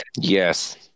Yes